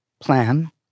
plan